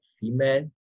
female